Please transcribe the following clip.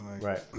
Right